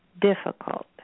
difficult